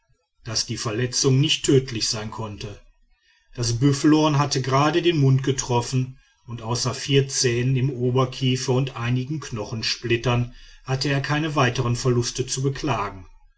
daß die verletzung nicht tödlich sein konnte das büffelhorn hatte gerade den mund getroffen und außer vier zähnen im oberkiefer und einigen knochensplittern hatte er keine weiteren verluste zu beklagen